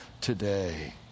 today